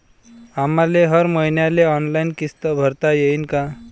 आम्हाले हर मईन्याले ऑनलाईन किस्त भरता येईन का?